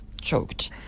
choked